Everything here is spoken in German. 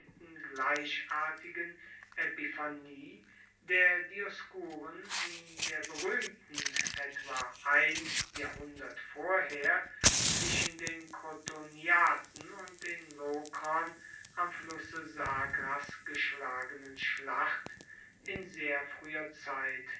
gleichartigen epiphanie der dioskuren in der beruehmten etwa ein jahrhundert vorher zwischen den krotoniaten und den lokrern am flusse sagras geschlagenen schlacht in sehr frueher zeit